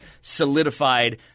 solidified